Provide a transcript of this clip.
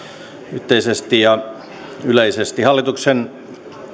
yhteisesti ja yleisesti hallituksen